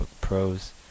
Pros